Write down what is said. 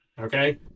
okay